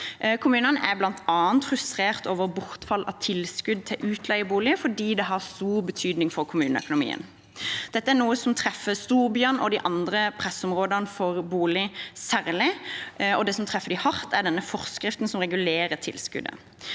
Kommunene er bl.a. frustrert over bortfall av tilskudd til utleieboliger, fordi det har stor betydning for kommuneøkonomien. Dette er noe som særlig treffer storbyene og de andre pressområdene for bolig, og det som treffer dem hardt, er forskriften som regulerer tilskuddet.